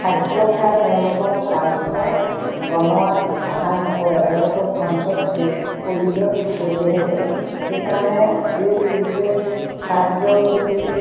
খাদ্য খুৱাই তেওঁলোকক স্বাস্থ্য বনোৱাত সহায় নকৰে তেওঁলোকক বৰঞ্চ শৰীৰত ক্ষতিহে কৰে সেইকাৰণে এই প্ৰি পেক খাদ্যৰ প্ৰতি